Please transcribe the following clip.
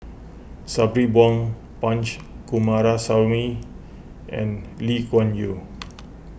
Sabri Buang Punch Coomaraswamy and Lee Kuan Yew